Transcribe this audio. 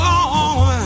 on